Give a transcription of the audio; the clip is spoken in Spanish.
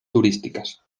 turísticas